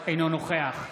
אנא קרא בשמות חברי הכנסת.